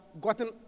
gotten